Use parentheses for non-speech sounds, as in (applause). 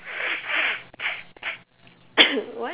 (noise) (coughs) what